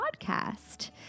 podcast